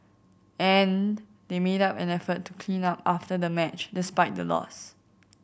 and they made up an effort to clean up after the match despite the loss